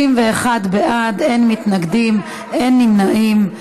31 בעד, אין מתנגדים, אין נמנעים.